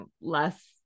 less